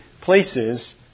places